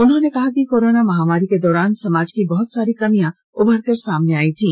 उन्होंने कहा कि कोरोना महामारी के दौरान समाज की बहुत सारी कमियां उभरकर सामने आयीं थी